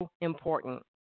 important